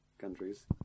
countries